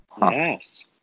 Yes